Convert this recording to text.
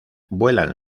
vuelan